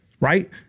right